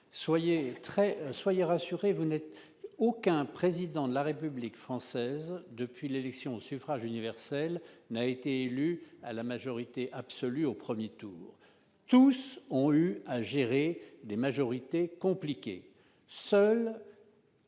politique. Soyez rassurés : aucun président de la République française, depuis l'élection au suffrage universel, n'a été élu à la majorité absolue au premier tour ; tous ont eu à gérer des majorités compliquées. Sur